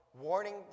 warning